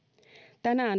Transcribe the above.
tänään